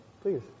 please